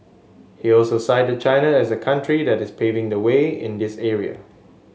he also cited China as a country that is paving the way in this area